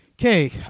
okay